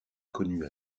connu